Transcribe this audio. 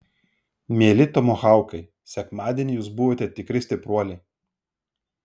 mieli tomahaukai sekmadienį jūs buvote tikri stipruoliai